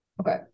Okay